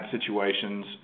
situations